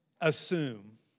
assume